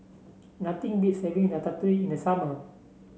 nothing beats having Ratatouille in the summer